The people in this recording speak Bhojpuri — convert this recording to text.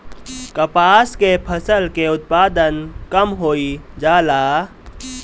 कपास के फसल के उत्पादन कम होइ जाला?